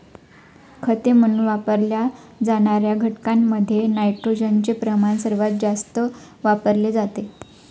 खते म्हणून वापरल्या जाणार्या घटकांमध्ये नायट्रोजनचे प्रमाण सर्वात जास्त वापरले जाते